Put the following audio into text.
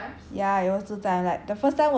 ya it was two times like the first time was like